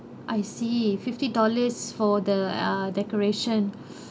I see fifty dollars for the uh decoration